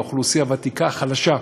לאוכלוסייה הוותיקה-חלשה,